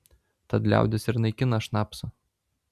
tad liaudis ir naikina šnapsą